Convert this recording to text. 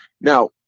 Now